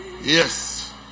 Yes